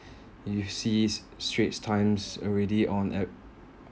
you see straits times already on a